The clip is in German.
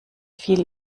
viel